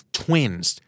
twins